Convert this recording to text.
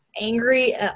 angry